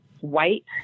white